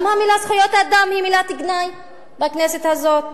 גם המלים "זכויות אדם" הן מילות גנאי בכנסת הזאת.